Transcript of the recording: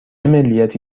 ملیتی